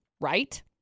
right